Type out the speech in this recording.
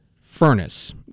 furnace